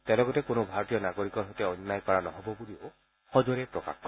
তেওঁ লগতে কোনো ভাৰতীয় নাগৰিকৰ সৈতে অন্যায় কৰা নহব বুলিও সজোৰে প্ৰকাশ কৰে